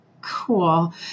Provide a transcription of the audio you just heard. cool